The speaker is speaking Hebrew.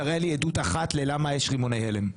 תראה לי עדות אחת למה יש רימוני הלם.